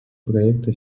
проекта